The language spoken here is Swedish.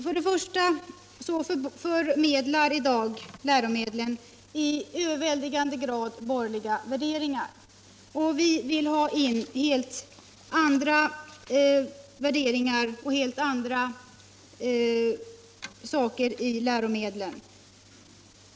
I dag förmedlar läromedlen i överväldigande grad borgerliga värderingar. Vi vill ha in helt andra värderingar och helt andra saker i läromedlen.